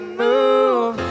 move